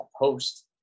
post